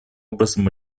образом